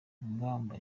mpaga